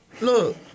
look